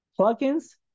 plugins